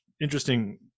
interesting